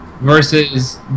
versus